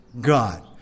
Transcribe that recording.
God